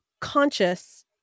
conscious